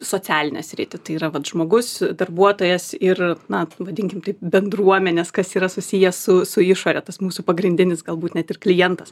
socialinę sritį tai yra vat žmogus darbuotojas ir na vadinkim taip bendruomenės kas yra susiję su su išore tas mūsų pagrindinis galbūt net ir klientas